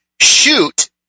shoot